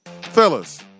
Fellas